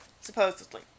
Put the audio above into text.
supposedly